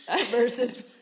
versus